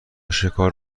شکار